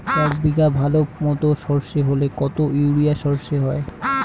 এক বিঘাতে ভালো মতো সর্ষে হলে কত ইউরিয়া সর্ষে হয়?